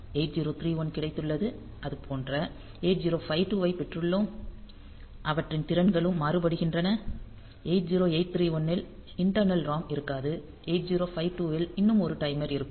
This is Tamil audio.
8031 கிடைத்துள்ளது அதுபோன்ற 8052 ஐப் பெற்றுள்ளோம் அவற்றின் திறன்கள் மாறுபடுகின்றன 8031 ல் இண்டர்னல் ROM இருக்காது 8052 இல் இன்னும் 1 டைமர் இருக்கும்